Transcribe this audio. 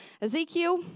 Ezekiel